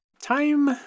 time